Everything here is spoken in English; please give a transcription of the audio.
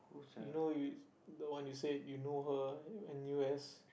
you know you the one you said you know her in u_s